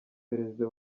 perezida